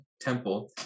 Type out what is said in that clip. temple